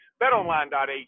Betonline.ag